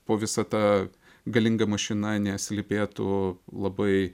po visa ta galinga mašina neslypėtų labai